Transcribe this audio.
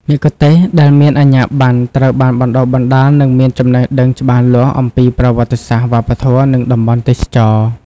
មគ្គុទ្ទេសក៍ដែលមានអាជ្ញាប័ណ្ណត្រូវបានបណ្តុះបណ្តាល និងមានចំណេះដឹងច្បាស់លាស់អំពីប្រវត្តិសាស្ត្រ វប្បធម៌ និងតំបន់ទេសចរណ៍។